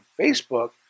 Facebook